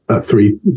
three